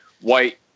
white